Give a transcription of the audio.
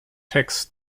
tax